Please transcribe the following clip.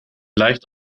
leicht